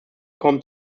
kommt